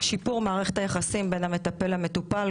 שיפור מערכת היחסים בין המטפל למטופל,